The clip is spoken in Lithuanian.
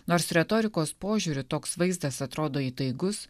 nors retorikos požiūriu toks vaizdas atrodo įtaigus